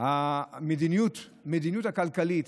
המדיניות הכלכלית,